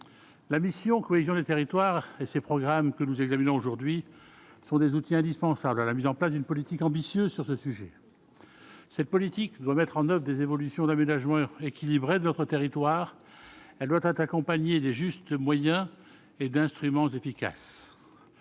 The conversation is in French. la mission cohésion des territoires et ces programmes que nous examinons aujourd'hui, ce sont des outils indispensables à la mise en place d'une politique ambitieuse sur ce sujet, cette politique doit mettre en oeuvre et des évolutions d'aménagement équilibré de notre territoire, elle doit être accompagnée des juste moyen et d'instruments efficaces